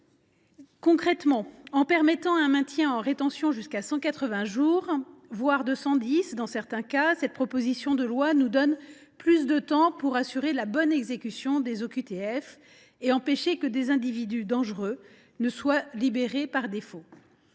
Concrètement, en permettant un maintien en rétention jusqu’à 180 jours, voire 210 jours dans certains cas, cette proposition de loi nous donne plus de temps pour assurer la bonne exécution des OQTF et empêcher que des individus dangereux ne soient libérés par défaut.